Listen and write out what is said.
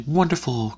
wonderful